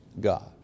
God